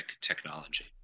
technology